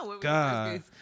God